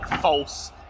false